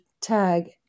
tag